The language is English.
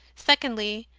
secondly,